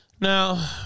Now